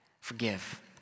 Forgive